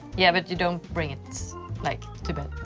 yeah, but you don't bring it like to bed